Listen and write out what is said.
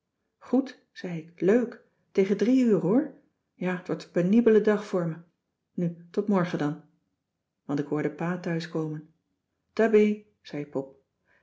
goed zei ik leuk tegen drie uur hoor ja t wordt een penibele dag voor me nu tot morgen dan want ik hoorde pa thuis komen tabeh zei pop